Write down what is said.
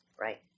right